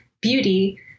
beauty